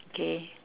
okay